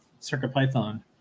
CircuitPython